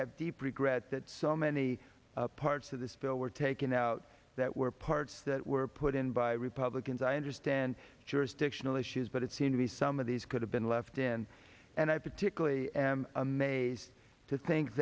have deep regret that so many parts of this bill were taken out that were parts that were put in by republicans i understand jurisdictional issues but it seemed to be some of these could have been left in and i particularly am amazed to think